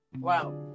Wow